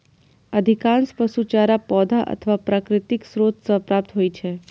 अधिकांश पशु चारा पौधा अथवा प्राकृतिक स्रोत सं प्राप्त होइ छै